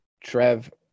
trev